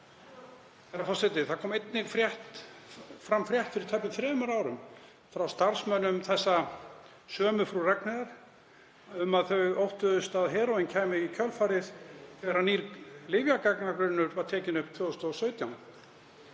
Það kom einnig frétt fram fyrir tæpum þremur árum frá starfsmönnum Frú Ragnheiðar að þau óttuðust að heróín kæmi í kjölfarið þegar nýr lyfjagagnagrunnur var tekinn upp 2017